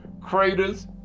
Craters